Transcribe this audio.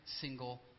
single